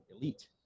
elite